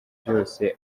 byose